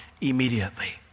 immediately